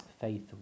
faith